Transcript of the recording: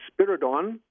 Spiridon